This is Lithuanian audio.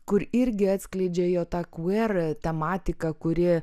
kur irgi atskleidžia jo tą kver tematiką kuri